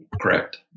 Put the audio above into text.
Correct